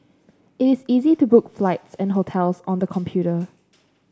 it is easy to book flights and hotels on the computer